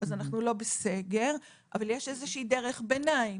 אז אנחנו לא בסגר אבל יש איזו שהיא דרך ביניים.